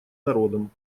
народом